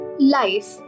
Life